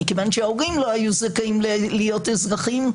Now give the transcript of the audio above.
מכיוון שההורים לא היו זכאים להיות אזרחים,